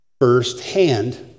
firsthand